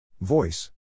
Voice